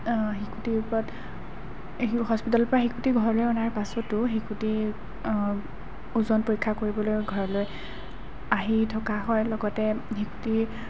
শিশুটিৰ ওপৰত হস্পিটেলৰ পৰা শিশুটি ঘৰলৈ অনাৰ পাছতো শিশুটি ওজন পৰীক্ষা কৰিবলৈ ঘৰলৈ আহি থকা হয় লগতে শিশুটি